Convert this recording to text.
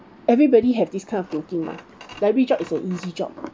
everybody have this kind of looking lah library job is an easy job